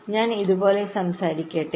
ഞാൻ ഇതുപോലെ സംസാരിക്കട്ടെ